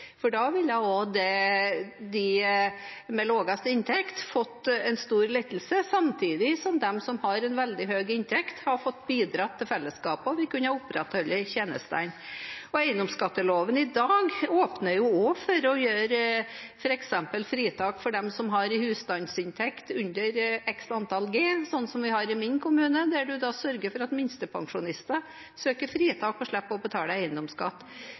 for da ville også dem med lavest inntekt fått en stor lettelse, samtidig som de som har en veldig høy inntekt, hadde fått bidratt til fellesskapet, og vi kunne opprettholdt tjenestene. Eiendomsskatteloven i dag åpner også for f.eks. å gi fritak for dem som har en husstandsinntekt under x antall G, sånn vi har i min kommune, der man sørger for at minstepensjonister søker fritak og slipper å betale eiendomsskatt.